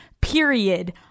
period